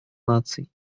наций